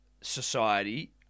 society